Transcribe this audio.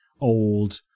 old